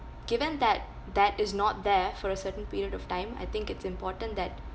given that that is not there for a certain period of time I think it's important that